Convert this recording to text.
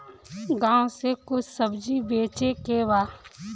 गांव से कैसे सब्जी बेचे के बा?